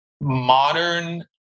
modern